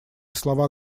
слова